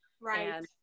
Right